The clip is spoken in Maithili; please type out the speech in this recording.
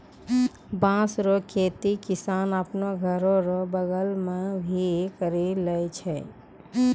बाँस रो खेती किसान आपनो घर रो बगल मे भी करि लै छै